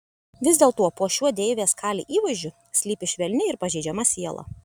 vis dėlto po šiuo deivės kali įvaizdžiu slypi švelni ir pažeidžiama siela